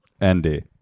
Andy